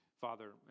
Father